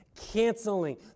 canceling